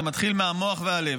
זה מתחיל מהמוח והלב.